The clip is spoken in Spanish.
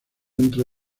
entre